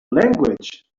language